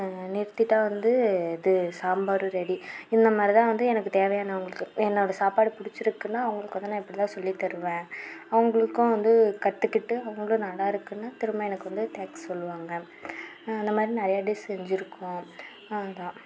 நிறுத்திட்டால் வந்து இது சாம்பாரும் ரெடி இந்த மாதிரிதான் வந்து எனக்கு தேவையானவங்களுக்கு என்னோடய சாப்பாடு பிடிச்சிருக்குனா அவங்களுக்கு வந்து நான் இப்படிதான் சொல்லி தருவேன் அவங்களுக்கும் வந்து கற்றுக்கிட்டு அவங்களும் நல்லாயிருக்குனு திரும்ப எனக்கு வந்து தேங்க்ஸ் சொல்லுவாங்க அந்த மாதிரி நிறைய டிஷ் செஞ்சிருக்கோம் அதுதான்